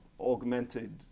augmented